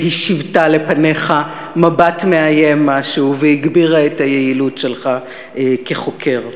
והיא שיוותה לפניך מבט מאיים משהו והגבירה את היעילות שלך כחוקר.